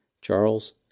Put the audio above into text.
Charles